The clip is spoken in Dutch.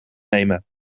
nemen